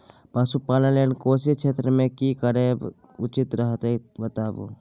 पशुपालन लेल कोशी क्षेत्र मे की करब उचित रहत बताबू?